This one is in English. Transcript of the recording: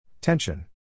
Tension